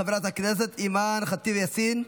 חברת הכנסת אימאן ח'טיב יאסין,